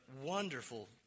wonderful